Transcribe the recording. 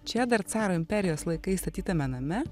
čia dar caro imperijos laikais statytame name